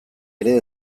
ere